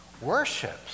worships